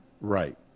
Right